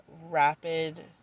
rapid